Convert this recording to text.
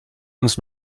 uns